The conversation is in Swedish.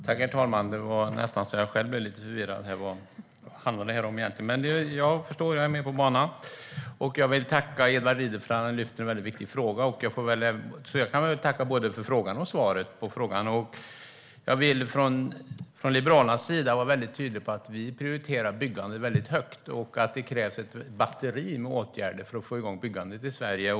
Herr talman! Det var nästan så att jag blev lite förvirrad och undrade vad debatten handlade om egentligen. Men nu är jag med på banan och vill tacka Edward Riedl för att han har lyft en viktig fråga, och jag kan väl tacka för både frågan och svaret på frågan. Jag vill vara tydlig med att vi från Liberalernas sida prioriterar byggande väldigt högt och att det krävs ett batteri av åtgärder för att få igång byggandet i Sverige.